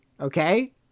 Okay